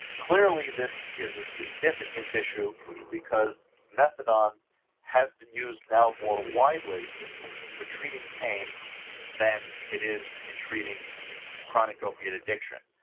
clearly, this is a significant issue because methadone has been used now more widely for treating pain than it is in treating chronic opiate addiction.